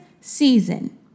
season